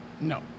No